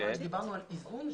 אנחנו דיברנו על איזון.